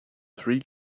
three